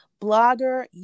blogger